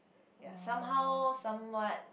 ya somehow somewhat